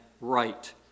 right